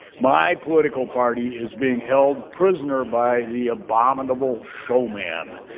my political party is being held prisoner by the abominable showman.